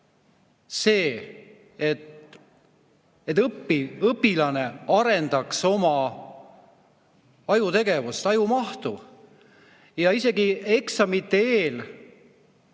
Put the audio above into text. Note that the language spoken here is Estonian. see, et õppiv õpilane arendaks oma ajutegevust, ajumahtu. Isegi eksamite eel